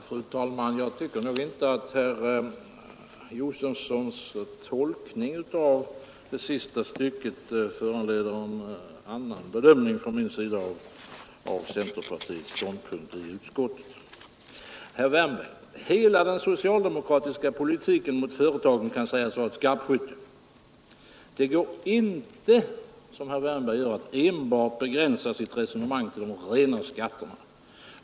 Fru talman! Jag tycker inte att herr Josefsons i Arrie tolkning av det sista stycket föranleder en annan bedömning från min sida av centerpartiets ståndpunkt i utskottet. Herr Wärnberg! Hela den socialdemokratiska politiken mot företagen kan sägas vara ett skarpskytte. Det går inte att, som herr Wärnberg gör, begränsa resonemanget till de rena skatterna.